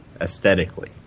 aesthetically